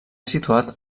situat